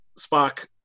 Spock